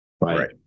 right